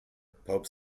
pope